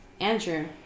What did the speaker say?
Andrew